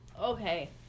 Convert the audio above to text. Okay